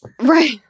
Right